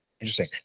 Interesting